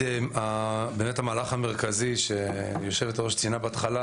המהלך המרכזי שהיושבת-ראש ציינה בהתחלה,